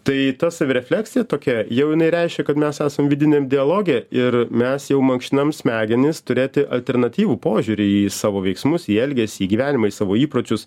tai ta savirefleksija tokia jau jinai reiškia kad mes esam vidiniam dialoge ir mes jau mankštinam smegenis turėti alternatyvų požiūrį į savo veiksmus į elgesį gyvenimą į savo įpročius